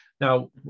Now